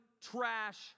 trash